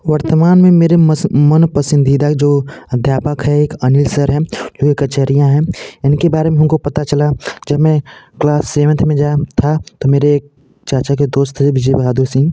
वर्तमान में मेरे मनपसंदीदा जो अध्यापक है एक अनिल सर है वो एक आचार्य है इनके बारे में हमको पता चला जब मैं क्लास सेवेंथ में गया था तो मेरे एक चाचा के दोस्त थे विजय बहादुर सिंह